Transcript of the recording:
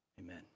Amen